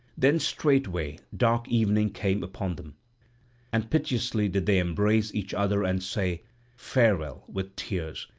then straightway dark evening came upon them and piteously did they embrace each other and say farewell with tears,